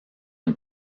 une